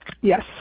Yes